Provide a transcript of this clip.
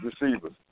receivers